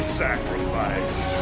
sacrifice